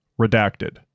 Redacted